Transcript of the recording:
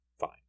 fine